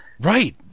Right